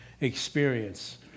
experience